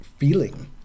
feeling